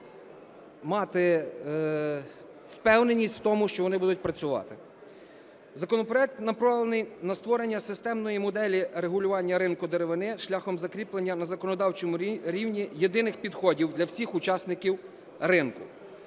мати впевненість у тому, що вони будуть працювати. Законопроект направлений на створення системної моделі регулювання ринку деревини шляхом закріплення на законодавчому рівні єдиних підходів для всіх учасників ринку,